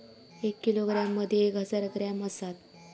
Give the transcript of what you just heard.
एक किलोग्रॅम मदि एक हजार ग्रॅम असात